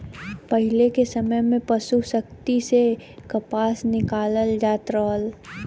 पहिले के समय में पसु शक्ति से कपास निकालल जात रहल